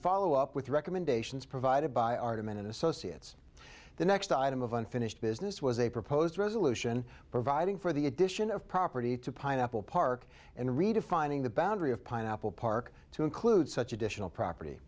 follow up with recommendations provided by argument and associates the next item of unfinished business was a proposed resolution providing for the addition of property to pineapple park and redefining the boundary of pineapple park to include such additional property